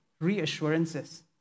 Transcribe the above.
reassurances